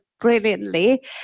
brilliantly